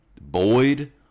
Boyd